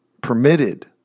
permitted